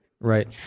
Right